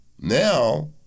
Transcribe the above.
Now